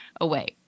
away